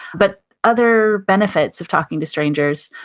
but other benefits of talking to strangers,